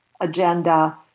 agenda